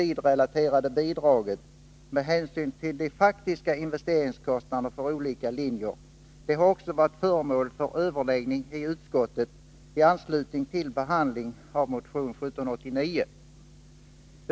hänsyn till de faktiska investeringskostnaderna för olika linjer har varit föremål för överläggning i utskottet i anslutning till behandlingen av motion 1981/82:1789.